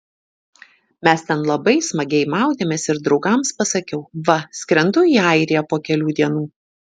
mes ten labai smagiai maudėmės ir draugams pasakiau va skrendu į airiją po kelių dienų